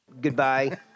Goodbye